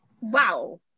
Wow